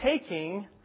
taking